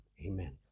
amen